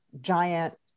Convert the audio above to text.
giant